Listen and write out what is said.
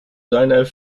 seiner